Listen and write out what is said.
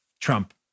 Trump